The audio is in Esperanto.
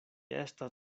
estas